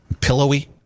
Pillowy